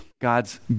God's